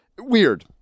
Weird